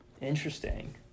Interesting